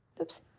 oops